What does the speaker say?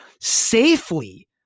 safely